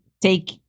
take